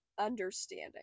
understanding